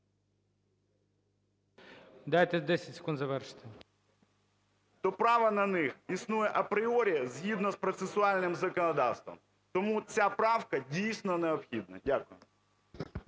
Дайте 10 секунд завершити. БОНДАРЄВ К.А. То право на них існує апріорі згідно з процесуальним законодавством. Тому ця правка дійсно необхідна. Дякую.